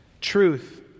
Truth